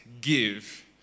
give